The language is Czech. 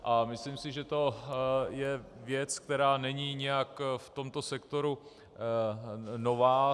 A myslím si, že je to věc, která není nijak v tomto sektoru nová.